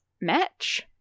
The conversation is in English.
match